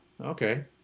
okay